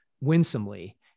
winsomely